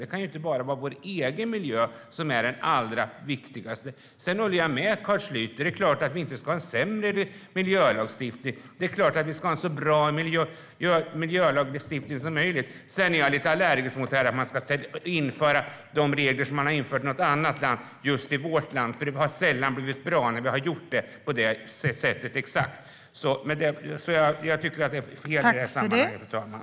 Det kan inte bara vara vår egen miljö som är den allra viktigaste. Jag håller med Carl Schlyter om att det är klart att vi inte ska ha en sämre miljölagstiftning. Vi ska förstås ha en så bra miljölagstiftning som möjligt. Sedan är jag lite allergisk mot detta att vi ska införa de regler som man har infört i något annat land just i vårt land, för det har sällan blivit bra när vi har gjort exakt på det sättet. Jag tycker att det är fel i det här sammanhanget, fru talman.